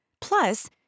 Plus